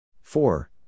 Four